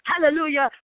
hallelujah